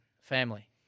family